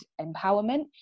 empowerment